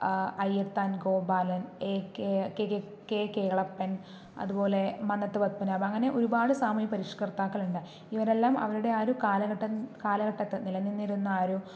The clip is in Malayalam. Ayyathan Gopalan A K K K Kelappan അതുപോലെ മന്നത് പത്മനാഭൻ അങ്ങനെ ഒരുപാട് സാമൂഹിക പരിഷ്കർത്താക്കളുണ്ട് ഇവരെല്ലാം അവരുടെ ആ ഒരു കല കാലഘട്ടത്ത് നില നിന്നിരുന്ന ആരും